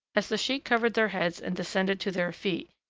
as the sheet covered their heads and descended to their feet,